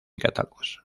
catálogos